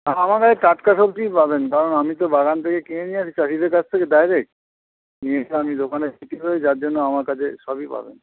আমার কাছে টাটকা সবজিই পাবেন কারণ আমি তো বাগান থেকে কিনে নিয়ে আসি চাষিদের কাছ থেকে ডায়রেক্ট নিয়ে এসে আমি দোকানে বিক্রি করি যার জন্য আমার কাছে সবই পাবেন